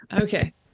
Okay